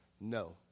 No